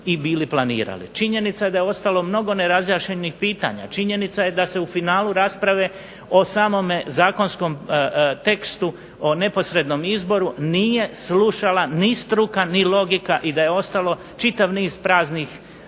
i bili planirali. Činjenica je da je ostalo mnogo nerazjašnjenih pitanja, činjenica je da se u finalu rasprave o samome zakonskom tekstu o neposrednom izboru nije slušala ni struka ni logika i da je ostalo čitav niz praznih prostora